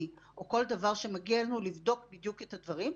או כל דבר שמגיע אלינו לבדוק בדיוק את הדברים.